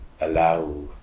allow